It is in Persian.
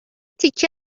تکه